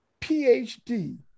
PhD